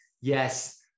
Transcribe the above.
yes